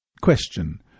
Question